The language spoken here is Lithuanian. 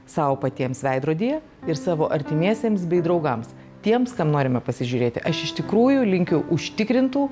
sau patiems veidrodyje ir savo artimiesiems bei draugams tiems kam norime pasižiūrėti aš iš tikrųjų linkiu užtikrintų